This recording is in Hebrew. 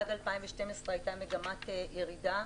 עד 2012 הייתה מגמת ירידה.